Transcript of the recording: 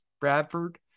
Bradford